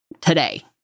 today